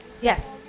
Yes